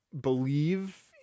believe